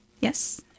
Yes